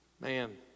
Man